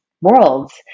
worlds